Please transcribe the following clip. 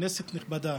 כנסת נכבדה,